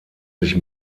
sich